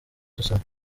dusaba